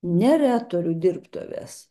ne retorių dirbtuvės